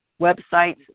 websites